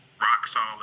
rock-solid